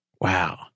Wow